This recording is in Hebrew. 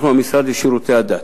אנחנו המשרד לשירותי הדת.